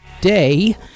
day